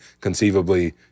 conceivably